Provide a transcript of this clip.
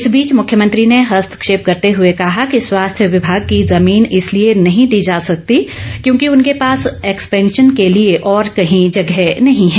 इस बीच मुख्यमंत्री ने हस्ताक्षेप करते हुए कहा कि स्वास्थ्य विभाग की जमीन इसलिए नहीं दी जा सकती क्योंकि उनके पास एक्सपेंशन के लिए और कहीं जगह नहीं है